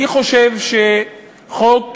אני חושב שחוק,